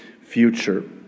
future